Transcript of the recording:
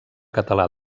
català